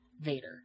vader